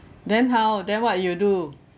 then how then what you do